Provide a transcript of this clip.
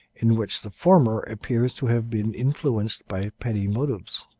in which the former appears to have been influenced by petty motives.